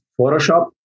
photoshop